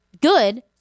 good